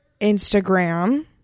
Instagram